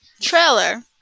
trailer